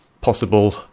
possible